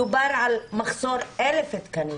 דובר על מחסור של 1,000 תקנים